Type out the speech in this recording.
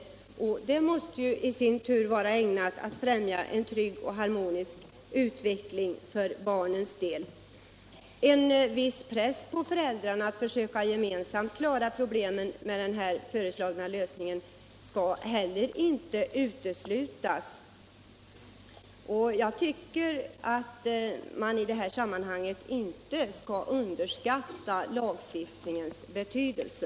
Det måste i sin tur vara ägnat att främja en för barnen trygg och harmonisk utveckling. Det kan heller inte uteslutas att den föreslagna lösningen kommer att utöva en viss press på föräldrarna att gemensamt försöka klara problemen. Jag tycker att man i detta sammanhang inte skall underskatta lagstiftningens betydelse.